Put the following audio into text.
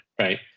right